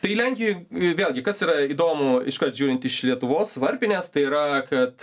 tai lenkijoj vėlgi kas yra įdomu iškart žiūrint iš lietuvos varpinės tai yra kad